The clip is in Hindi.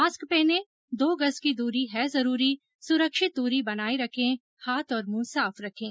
मास्क पहनें दो गज़ की दूरी है जरूरी सुरक्षित दूरी बनाए रखें हाथ और मुंह साफ रखें